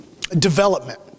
development